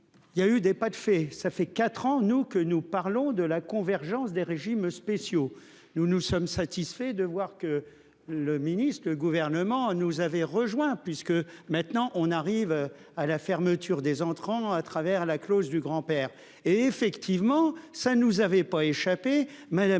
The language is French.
Il y a eu des pas de fait. Ça fait 4 ans nous que nous parlons de la convergence des régimes spéciaux, nous nous sommes satisfaits de voir que le ministre, le gouvernement nous avait rejoint puisque maintenant on arrive à la fermeture des entrants à travers la clause du grand-père. Et effectivement, ça ne nous avait pas échappé.